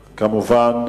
כמובן,